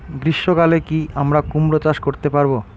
গ্রীষ্ম কালে কি আমরা কুমরো চাষ করতে পারবো?